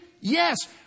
Yes